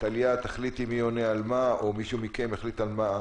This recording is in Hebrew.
טליה תחליט מי עונה על מה או שמישהו מכם יחליט על מה,